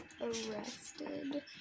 arrested